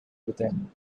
within